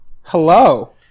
hello